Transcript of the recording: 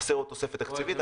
חסר עוד תוספת תקציבית,